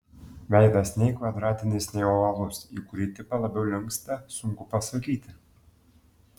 veidas nei kvadratinis nei ovalus į kurį tipą labiau linksta sunku pasakyti